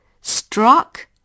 struck